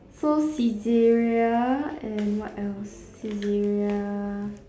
so Saizeriya and what else Saizeriya